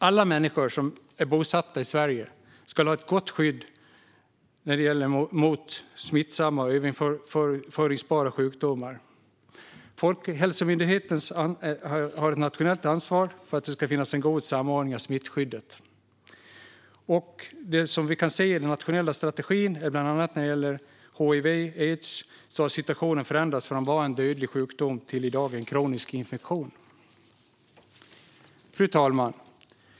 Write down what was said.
Alla människor som är bosatta i Sverige ska ha ett gott skydd mot smittsamma och överförbara sjukdomar. Folkhälsomyndigheten har ett nationellt ansvar för att det finns en god samordning av smittskyddet. Vi kan i den nationella strategin bland annat se att när det gäller hiv/aids har situationen förändrats från att det var en dödlig sjukdom till att i dag vara en kronisk infektion. Fru talman!